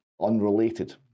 unrelated